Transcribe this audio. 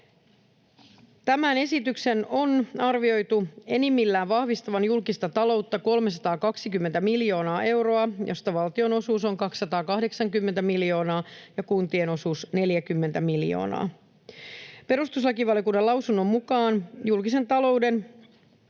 Tämän esityksen on arvioitu enimmillään vahvistavan julkista taloutta 320 miljoonaa euroa, mistä valtion osuus on 280 miljoonaa ja kuntien osuus 40 miljoonaa. Perustuslakivaliokunnan lausunnon mukaan julkiseen talouteen